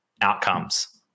outcomes